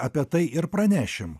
apie tai ir pranešim